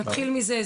נתחיל מזה.